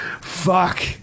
Fuck